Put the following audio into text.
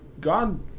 God